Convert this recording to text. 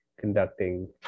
conducting